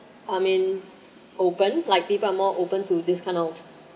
I mean open like people are more open to this kind of